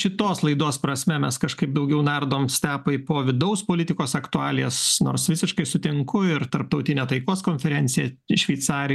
šitos laidos prasme mes kažkaip daugiau nardom stepai po vidaus politikos aktualijas nors visiškai sutinku ir tarptautinė taikos konferencija šveicarijoj